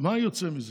מה יוצא מזה?